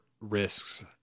risks